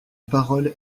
parole